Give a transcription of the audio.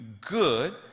good